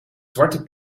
zwarte